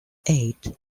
eight